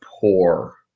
poor